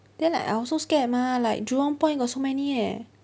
then like I also scared mah like jurong point got so many eh